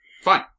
Fine